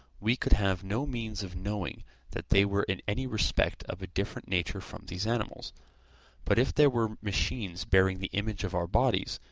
we could have no means of knowing that they were in any respect of a different nature from these animals but if there were machines bearing the image of our bodies,